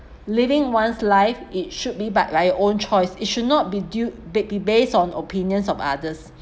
living one's life it should be by like own choice it should not be due be based on opinions of others